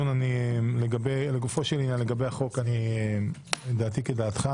לגופו לגבי החוק, דעתי כדעתך.